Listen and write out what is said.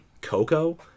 Coco